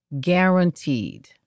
Guaranteed